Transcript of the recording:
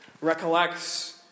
recollects